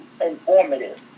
informative